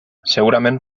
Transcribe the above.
segurament